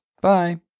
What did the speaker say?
Bye